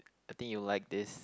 I think you like this